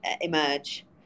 emerge